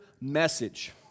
message